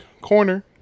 Corner